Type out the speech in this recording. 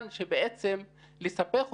דרור סורוקה,